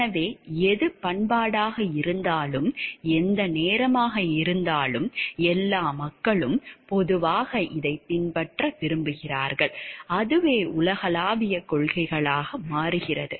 எனவே எது பண்பாடாக இருந்தாலும் எந்த நேரமாக இருந்தாலும் எல்லா மக்களும் பொதுவாக இதைப் பின்பற்ற விரும்புகிறார்கள் அதுவே உலகளாவிய கொள்கைகளாக மாறுகிறது